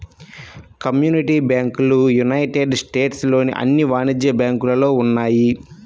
community బ్యాంకులు United States లోని అన్ని వాణిజ్య బ్యాంకులలో ఉన్నాయి